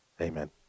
Amen